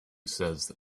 says